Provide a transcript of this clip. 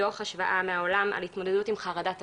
דו"ח השוואה מהעולם על התמודדות עם חרדת אקלים.